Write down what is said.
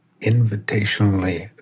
invitationally